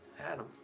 Adam